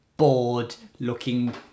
Bored-looking